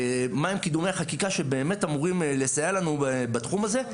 מהם קידומי החקיקה שבאמת אמורים לסייע לנו בתחום הזה?